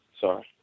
sorry